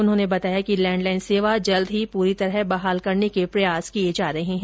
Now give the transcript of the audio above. उन्होंने बताया कि लैंडलाइन सेवा जल्द ही पूरी तरह बहाल करने के प्रयास किए जा रहे हैं